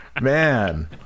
Man